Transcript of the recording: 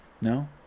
No